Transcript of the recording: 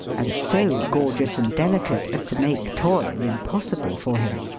and so gorgeous and delicate as to make toil impossible for him.